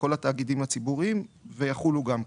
לכל התאגידים הציבוריים ויחולו גם כאן.